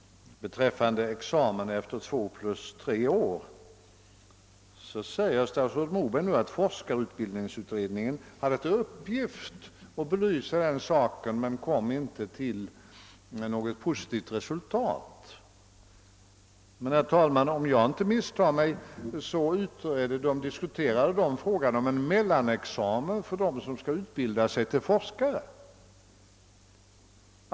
Beträffande examen efter två plus tre år säger statsrådet Moberg nu ati forskarutbildningsutredningen hade = till uppgift att belysa den frågan men inte kom till något positivt resultat. Men, herr talman, om jag inte misstar mig diskuterade utredningen frågan om en mellanexamen för dem som skall utbilda sig till forskare.